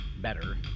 better